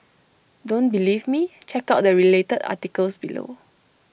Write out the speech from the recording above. don't believe me check out the related articles below